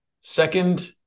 second